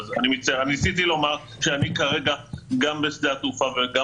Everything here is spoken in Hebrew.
ניסיתי לומר שאני כרגע גם בשדה התעופה וגם